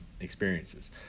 experiences